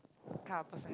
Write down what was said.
kind of person